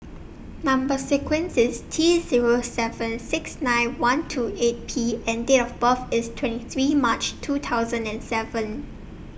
Number sequence IS T Zero seven six nine one two eight P and Date of birth IS twenty three March two thousand and seven